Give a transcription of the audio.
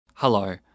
Hello